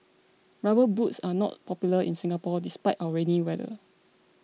rubber boots are not popular in Singapore despite our rainy weather